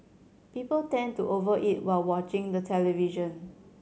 people tend to over eat while watching the television